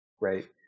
right